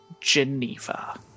Geneva